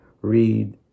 read